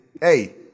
hey